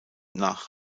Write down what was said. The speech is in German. nach